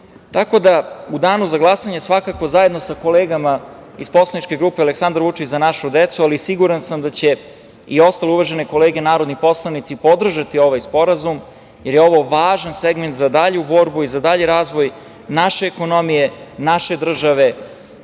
ekonomije.U danu za glasanje svakako ćemo, zajedno sa kolegama iz poslaničke grupe „Aleksandar Vučić - Za našu decu“, ali siguran sam da će i ostale uvažene kolege narodni poslanici, podržati ovaj sporazum, jer je ovo važan segment za dalju borbu i za dalji razvoj naše ekonomije, naše države